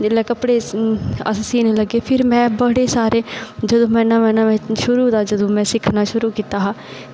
अस कपड़े सीह्न लग्गे ते फिर में बड़े सारे जदूं में नमें नमें शुरू दा में सिक्खना शुरू कीता हा